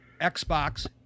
Xbox